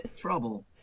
trouble